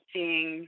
Seeing